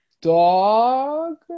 dog